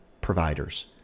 providers